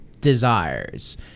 desires